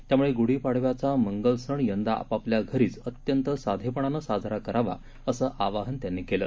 त्यामुळे गुढी पाडव्याचा मंगल सण यंदा आपापल्या घरीच अत्यंत साधेपणानं साजरा करावा असं आवाहन त्यांनी केलं